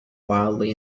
wildly